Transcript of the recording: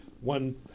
one